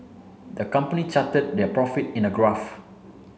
the company charted their profit in a graph